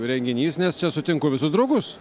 renginys nes čia sutinku visus draugus